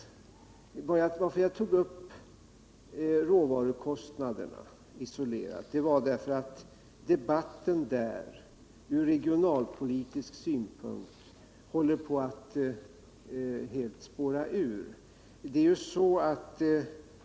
Anledningen till att jag tog upp råvarukostnaderna isolerat var, att debatten i det avseendet ur regionalpolitisk synpunkt håller på att helt spåra ur.